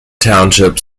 township